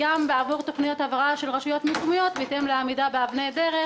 מדובר גם בתוכניות הבראה של רשויות מקומיות בהתאם לעמידה באבני דרך,